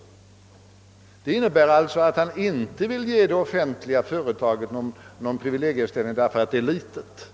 Det innebär i så fall att han inte vill ge det här offentliga eller halvoffentliga företaget någon privilegieställning därför att det är litet.